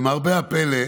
למרבה הפלא,